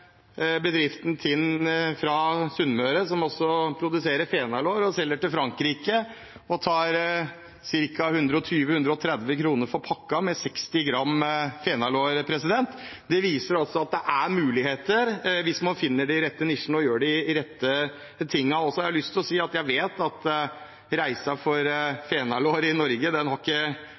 bedriften Tind på Sunnmøre, som produserer fenalår og selger til Frankrike. De tar 120–130 kr for en pakke med 60 gram fenalår. Det viser at det er muligheter hvis man finner de rette nisjene og gjør de rette tingene. Så har jeg lyst til å si at jeg vet at reisen til fenalår i Norge ikke bare har